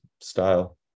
style